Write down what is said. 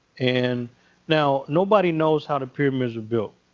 and now, nobody knows how the pyramids were built.